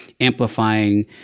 amplifying